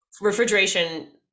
refrigeration